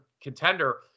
contender